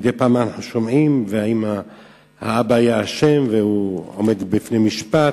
מדי פעם אנחנו שומעים: האם האבא היה אשם והוא עומד בפני משפט,